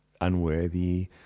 unworthy